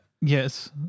Yes